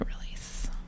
release